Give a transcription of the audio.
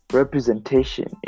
representation